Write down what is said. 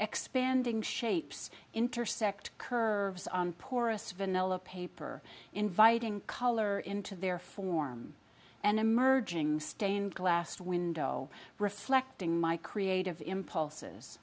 expanding shapes intersect curves on porous vanilla paper inviting color into their form and emerging stained glass window reflecting my creative impulses